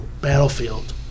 battlefield